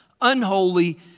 unholy